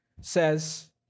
says